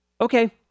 Okay